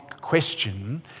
question